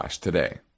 today